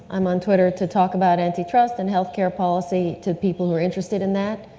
i'm on twitter to talk about antitrust and healthcare policy to people who are interested in that,